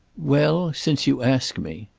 well since you ask me.